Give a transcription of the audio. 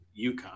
UConn